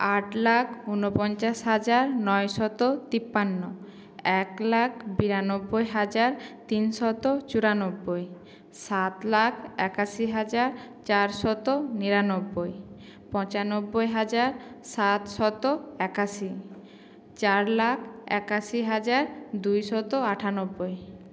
আট লাখ উনপঞ্চাশ হাজার নয় শত তিপান্ন এক লাখ বিরানব্বই হাজার তিন শত চুরানব্বই সাত লাখ একাশি হাজার চার শত নিরানব্বই পঁচানব্বই হাজার সাত শত একাশি চার লাখ একাশি হাজার দুই শত আটানব্বই